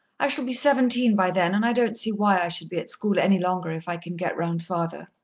i shall be seventeen by then, and i don't see why i should be at school any longer if i can get round father.